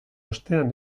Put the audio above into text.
ostean